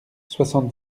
soixante